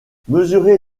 mesurer